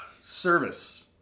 service